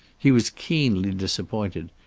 he was keenly disappointed,